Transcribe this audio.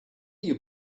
you